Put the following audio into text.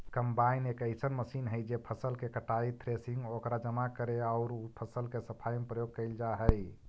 combine एक अइसन मशीन हई जे फसल के कटाई, थ्रेसिंग, ओकरा जमा करे औउर उ फसल के सफाई में प्रयोग कईल जा हई